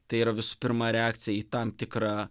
tai yra visų pirma reakcija į tam tikrą